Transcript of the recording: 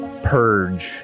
purge